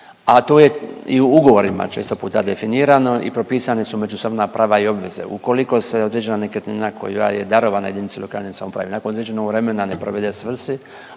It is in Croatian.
a to je i u ugovorima često puta definirano i propisana su međusobna prava i obveze. Ukoliko se određena nekretnina koja je darovana jedinici lokalne samouprave nakon određenog vremena ne provede svrsi,